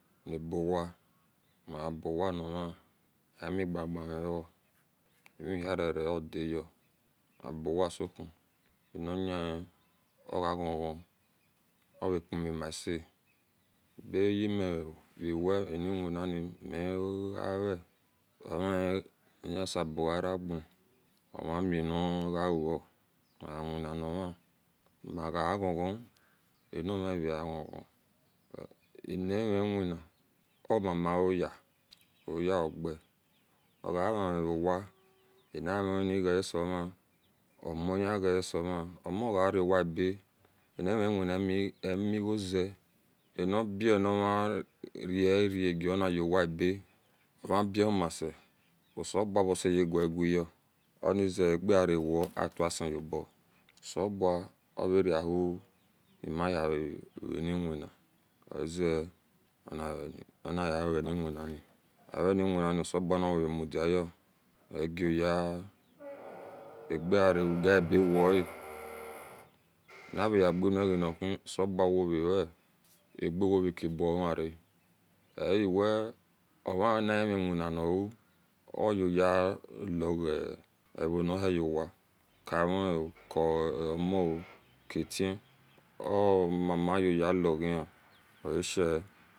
Mioowa mibowanihen amigigimiro vehiarere odiyeo owowasou ani yehe oga ghon-ghon ovepavimose bayemivawe amwwinani migawie wemahi ovaseboariga omamiano gaou awinna oma maga ghon ghon anorhira ghon ghon anivewina omamaoyiea oyia oga ogave nirowa ani hunnie geasee vin omova guasevin omogariowa ebe animwina emi goze aniba nomuregi ha nirearowa ebe omabie humase osele bua oseyegagiya onize agaiyewa atwa se u obo seobua orara huni miyea wani wina wee we weniwinani seleba nivamudiayo ogahia agiara wodi gawae nira yagiu nahi selebua worawe egawokabumara ehiwe oman imiwinaumu oyoyelaga ahuni hiuwa karen o oomoo ketie omama yeyelazeya oashe